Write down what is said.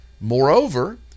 Moreover